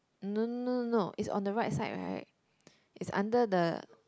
no no no it's on the right side right it's under the